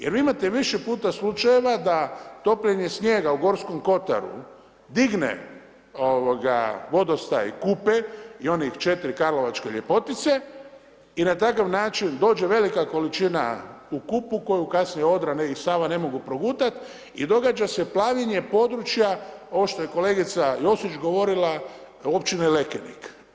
Jer vi imate više puta slučajeva da topljenje snijega u Gorskom Kotaru digne vodostaj Kupe i one 4 karlovačke ljepotice i na takav način dođe velika količina u Kupu koju kasnije Odra i Sava ne mogu progutati i događa se plavljenje područja, ovo što je kolegica Josić govorila općine Lekenik.